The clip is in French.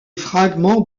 fragment